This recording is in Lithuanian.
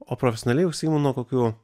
o profesionaliai užsiimu nuo kokių